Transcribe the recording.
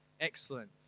Excellent